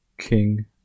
King